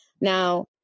Now